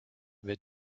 bit